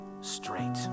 straight